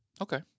Okay